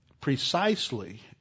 precisely